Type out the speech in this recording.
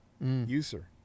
USER